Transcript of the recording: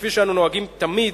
כפי שאנו נוהגים תמיד,